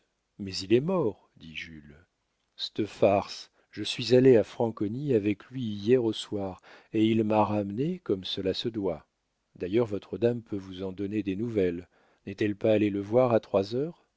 mais il est mort dit jules c'te farce je suis allée à franconi avec lui hier au soir et il m'a ramenée comme cela se doit d'ailleurs votre dame peut vous en donner des nouvelles n'est-elle pas allée le voir à trois heures